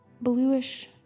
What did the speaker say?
bluish